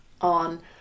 on